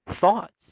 thoughts